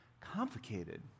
complicated